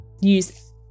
use